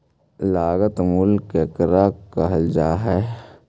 लागत मूल्य केकरा कहल जा हइ?